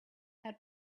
had